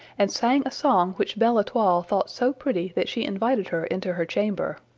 and sang a song which belle-etoile thought so pretty that she invited her into her chamber.